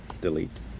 Delete